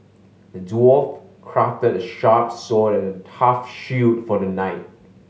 the dwarf crafted a sharp sword and a tough shield for the knight